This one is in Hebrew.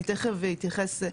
אני תיכף אתייחס.